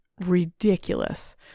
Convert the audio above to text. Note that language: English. ridiculous